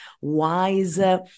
wiser